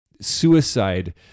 suicide